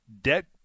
debt